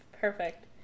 Perfect